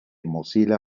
mozilla